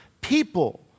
people